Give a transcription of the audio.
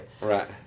Right